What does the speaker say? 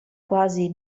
quasi